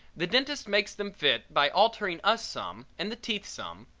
the dentist makes them fit by altering us some and the teeth some,